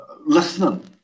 listening